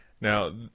Now